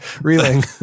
reeling